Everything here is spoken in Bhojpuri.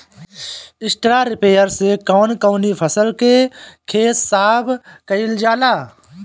स्टरा रिपर से कवन कवनी फसल के खेत साफ कयील जाला?